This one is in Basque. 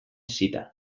zita